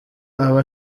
aba